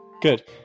good